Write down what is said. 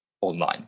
online